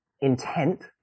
intent